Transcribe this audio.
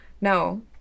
No